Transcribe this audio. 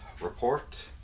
report